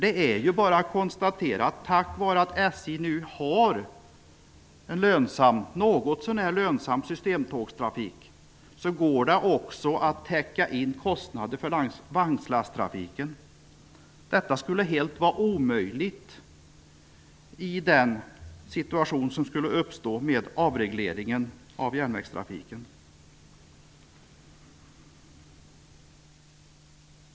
Det är bara att konstatera att tack vare att SJ nu har en någotsånär lönsam systemgodstrafik går det att täcka in kostnader för vagnslasttrafiken. Detta skulle vara helt omöjligt i den situation som skulle uppstå vid en avreglering av järnvägstrafiken.